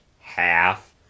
half